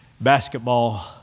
basketball